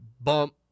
bump